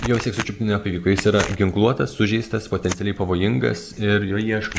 jo vis tiek sučiupti nepavyko jis yra ginkluotas sužeistas potencialiai pavojingas ir jo ieško